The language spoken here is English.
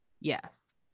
Yes